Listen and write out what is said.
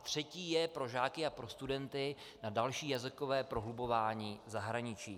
Třetí je pro žáky a pro studenty na další jazykové prohlubování v zahraničí.